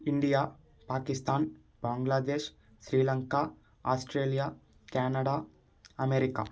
India Pakistan Bangladesh Sri Lanka Australia Canada America